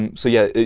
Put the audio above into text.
and so yeah,